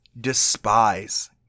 despise